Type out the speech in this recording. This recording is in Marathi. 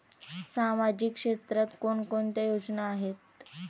सामाजिक क्षेत्रात कोणकोणत्या योजना आहेत?